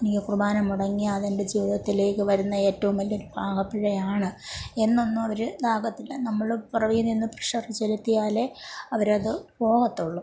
എനിക്ക് കുർബാന മുടങ്ങിയാൽ അതെൻ്റെ ജീവിതത്തിലേക്ക് വരുന്ന ഏറ്റവും വലിയ ഒരു പാകപ്പിഴയാണ് എന്നൊന്നും അവർ ആകില്ല നമ്മൾ പുറകെ നിന്ന് പുഷ് അപ്പ് ചെലുത്തിയാലേ അവർ അത് പോവുള്ളൂ